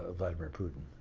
ah vladimir putin.